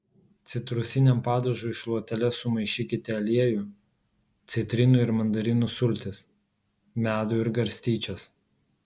citrusiniam padažui šluotele sumaišykite aliejų citrinų ir mandarinų sultis medų ir garstyčias